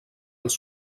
els